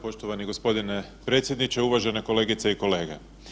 Poštovani gospodine predsjedniče, uvažene kolegice i kolege.